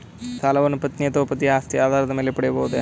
ಸಾಲವನ್ನು ಪತ್ನಿ ಅಥವಾ ಪತಿಯ ಆಸ್ತಿಯ ಆಧಾರದ ಮೇಲೆ ಪಡೆಯಬಹುದೇ?